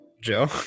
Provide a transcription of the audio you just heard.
Joe